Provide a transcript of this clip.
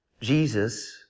Jesus